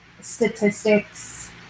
statistics